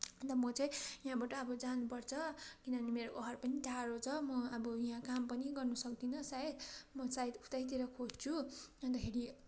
अन्त म चाहिँ यहाँबाट अब जानु पर्छ किनभने मेरो घर पनि टाढो छ म अब यहाँ काम पनि गर्नु सक्दिनँ सायद म सायद उतैतिर खोज्छु अन्तखेरि